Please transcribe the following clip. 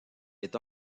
est